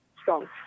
strong